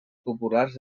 populars